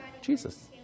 Jesus